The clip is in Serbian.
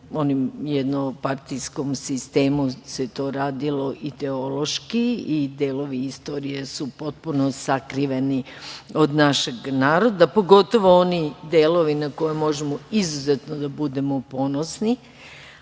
jednopartijskom sistemu se to radilo ideološki i delovi istorije su potpuno sakriveni od našeg naroda, pogotovo oni delovi na koje možemo izuzetno da budemo ponosni. Sa